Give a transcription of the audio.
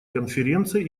конференции